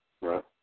right